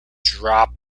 drop